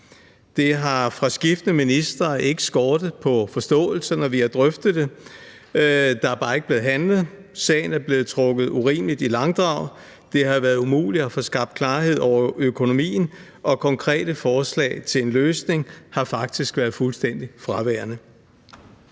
Det har fra skiftende ministres side ikke skortet på forståelse, når vi har drøftet det; der er bare ikke blevet handlet. Sagen er blevet trukket urimeligt i langdrag, det har været umuligt at få skabt klarhed over økonomien, og konkrete forslag til en løsning har faktisk været fuldstændig fraværende.